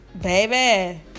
baby